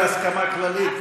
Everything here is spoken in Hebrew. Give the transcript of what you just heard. הסכמה כללית,